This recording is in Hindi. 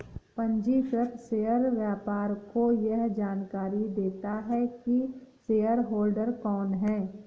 पंजीकृत शेयर व्यापार को यह जानकरी देता है की शेयरहोल्डर कौन है